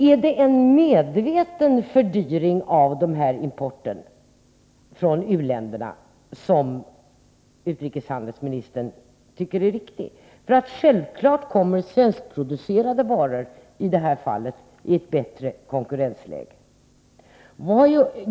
Är en medveten fördyring av denna import från u-länderna någonting som utrikeshandelsministern tycker är riktig? Självfallet kommer svenskproducerade varor i detta fall i ett bättre konkurrensläge.